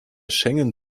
schengen